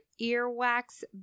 earwax